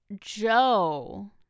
Joe